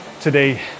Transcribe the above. today